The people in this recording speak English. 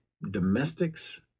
domestics